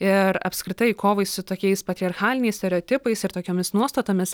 ir apskritai kovai su tokiais patriarchaliniais stereotipais ir tokiomis nuostatomis